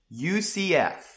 UCF